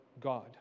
God